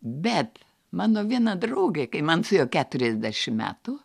bet mano viena draugė kai man suėjo keturiasdešim metų